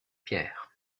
pierres